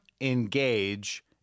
engage